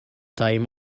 time